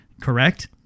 correct